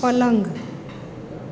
પલંગ